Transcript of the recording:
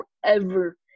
forever